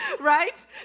right